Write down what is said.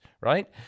right